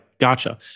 Gotcha